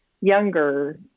younger